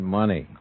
money